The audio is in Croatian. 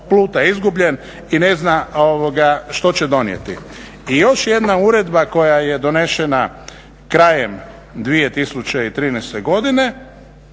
pluta izgubljen i ne zna što će donijeti. I još jedna uredba koja je donesena krajem 2013. godine,